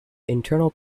internal